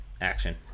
action